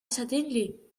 suddenly